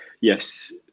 yes